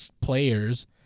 players